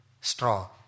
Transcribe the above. straw